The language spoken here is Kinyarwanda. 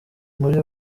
muri